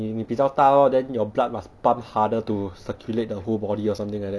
你你比较大 lor then your blood must pump harder to circulate the whole body or something like that